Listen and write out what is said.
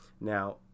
now